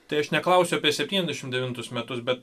tai aš neklausiu apie septyniasdešimt devintus metus bet